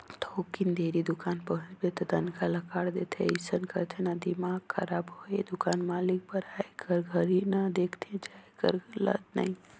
थोकिन देरी दुकान पहुंचबे त तनखा ल काट देथे अइसन करथे न त दिमाक खराब होय दुकान मालिक बर आए कर घरी ले देखथे जाये कर ल नइ